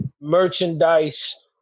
merchandise